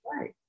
right